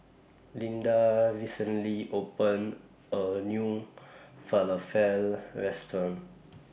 Lynda recently opened A New Falafel Restaurant